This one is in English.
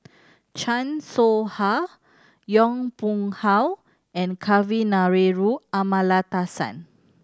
Chan Soh Ha Yong Pung How and Kavignareru Amallathasan